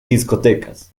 discotecas